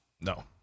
No